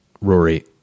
Rory